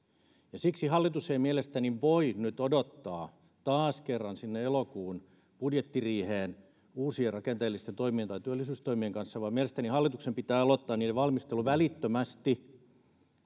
siksi hallitus ei mielestäni voi nyt odottaa taas kerran sinne elokuun budjettiriiheen uusien rakenteellisten toimien tai työllisyystoimien kanssa vaan mielestäni hallituksen pitää aloittaa niiden valmistelu välittömästi